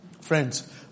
Friends